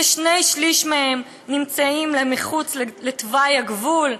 כשני-שלישים מהן נמצאות מחוץ לתוואי הגבול,